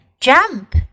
jump